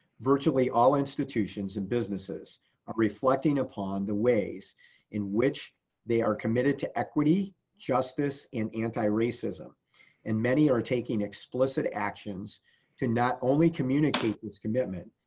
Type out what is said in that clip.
virtually all institutions and businesses are reflecting upon the ways in which they are committed to equity, justice, and anti racism and many are taking explicit actions to not only communicate with commitment,